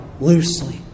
loosely